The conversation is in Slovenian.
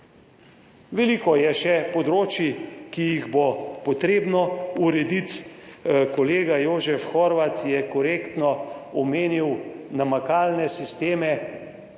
Veliko je še področij, ki jih bo potrebno urediti. Kolega Jožef Horvat je korektno omenil namakalne sisteme